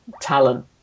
talent